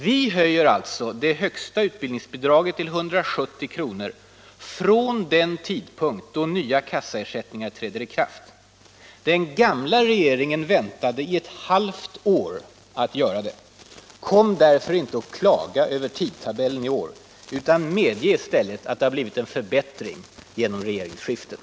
Vi höjer alltså det högsta utbildningsbidraget till 140 Om höjda arbets marknadsutbildningsbidrag Om höjda arbets marknadsutbildningsbidrag kr. från den tidpunkt då nya kassaersättningar träder i kraft. Den gamla regeringen väntade i ett halvt år med att göra det. Kom därför inte och klaga över tidtabellen i år utan medge i stället att det har blivit en förbättring genom regeringsskiftet!